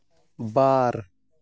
ᱵᱟᱨ